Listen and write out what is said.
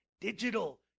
digital